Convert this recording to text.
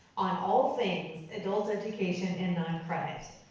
on all things adult education and non-credit.